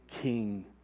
king